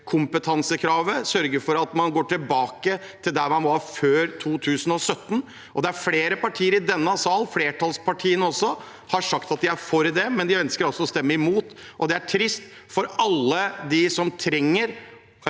samtykkekompetansekravet og sørge for at man går tilbake til der man var før 2017. Det er flere partier i denne salen – også flertallspartiene – som har sagt at de er for det, men de ønsker å stemme imot. Det er trist for alle dem som trenger